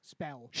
Spell